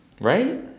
Right